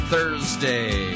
Thursday